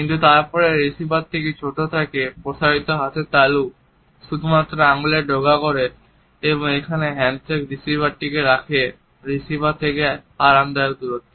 কিন্তু তারপরে রিসিভার থেকে ছোট থাকে প্রসারিত হাতের তালু শুধুমাত্র আঙ্গুলের ডগা ধরে এবং এখানে হ্যান্ডশেক রিসিভারকে রাখে রিসিভার থেকে আরামদায়ক দূরত্বে